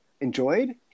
enjoyed